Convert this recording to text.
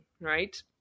right